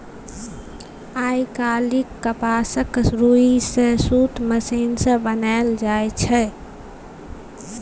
आइ काल्हि कपासक रुइया सँ सुत मशीन सँ बनाएल जाइ छै